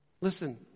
listen